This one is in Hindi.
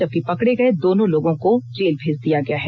जबकि पकड़े गए दोनों लोगों को जेल भेज दिया गया है